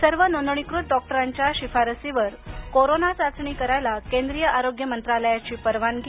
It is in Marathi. सर्व नोंदणीकृत डॉक्टरांच्या शिफारसीवर कोरोना चाचणी करायला केंद्रीय आरोग्य मंत्रालयानं परवानगी